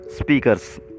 speakers